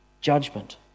judgment